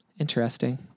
Interesting